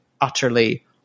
utterly